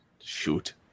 shoot